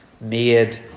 made